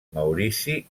maurici